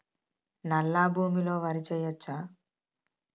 నల్లా భూమి లో వరి వేయచ్చా?